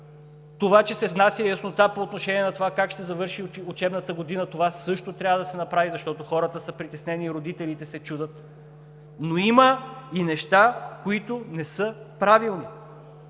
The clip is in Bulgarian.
Това, че се внася яснота по отношение как ще завърши учебната година, също трябва да се направи, защото хората са притеснени и родителите се чудят. Но има и неща, които не са правилни.